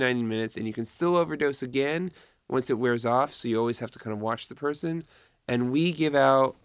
nine minutes and you can still overdose again once it wears off so you always have to kind of watch the person and we give ou